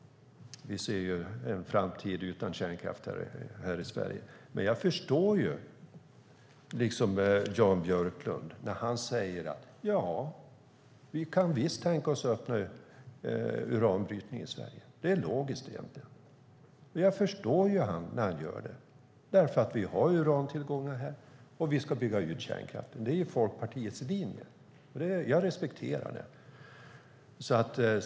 Vi ser dock en framtid utan kärnkraft här i Sverige. Men jag förstår Jan Björklund när han säger att man visst kan tänka sig att öppna för uranbrytning i Sverige. Det är egentligen logiskt. Vi har urantillgångar här, och vi ska bygga ut kärnkraften. Det är Folkpartiets linje. Jag respekterar den.